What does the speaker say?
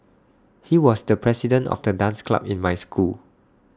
he was the president of the dance club in my school